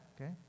okay